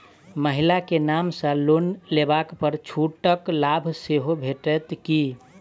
महिला केँ नाम सँ लोन लेबऽ पर छुटक लाभ सेहो भेटत की?